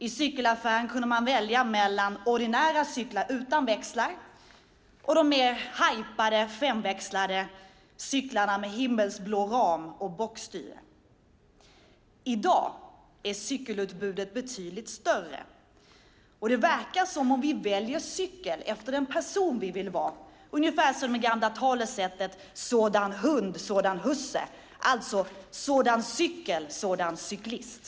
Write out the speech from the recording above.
I cykelaffären kunde man välja mellan ordinära cyklar utan växlar och mer hajpade femväxlade cyklar med himmelsblå ram och bockstyre. I dag är cykelutbudet betydligt större. Vi verkar välja cykel efter den person vi vill vara, ungefär som det gamla talesättet om sådan hund, sådan husse - alltså: sådan cykel, sådan cyklist.